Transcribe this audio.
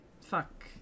Fuck